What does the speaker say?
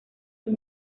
sus